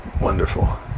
wonderful